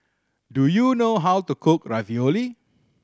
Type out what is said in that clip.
do you know how to cook Ravioli